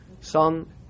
son